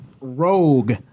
Rogue